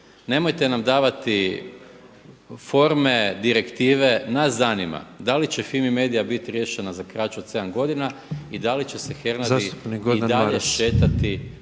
Nemojte nam davati forme, direktive, nas zanima, da li će FIMI-MEDIA biti riješena za kraće od sedam godina i da li će se Hernadi i dalje šetati